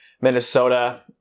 Minnesota